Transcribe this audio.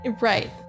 Right